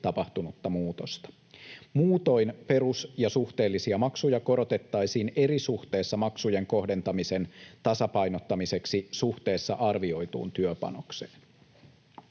tapahtunutta muutosta. Muutoin perus- ja suhteellisia maksuja korotettaisiin eri suhteessa maksujen kohdentamisen tasapainottamiseksi suhteessa arvioituun työpanokseen.